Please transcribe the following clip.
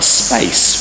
space